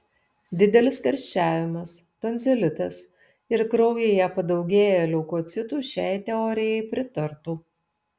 didelis karščiavimas tonzilitas ir kraujyje padaugėję leukocitų šiai teorijai pritartų